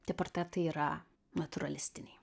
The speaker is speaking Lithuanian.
tie portretai yra natūralistiniai